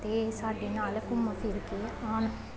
ਅਤੇ ਸਾਡੇ ਨਾਲ ਘੁੰਮ ਫਿਰ ਕੇ ਆਉਣ